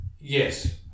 Yes